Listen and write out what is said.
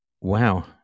wow